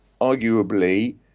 arguably